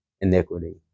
iniquity